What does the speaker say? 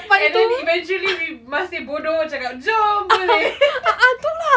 and then eventually we masih bodoh cakap jom boleh